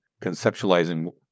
conceptualizing